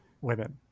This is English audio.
women